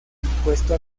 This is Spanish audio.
impuesto